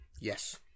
yes